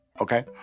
Okay